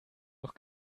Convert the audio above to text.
noch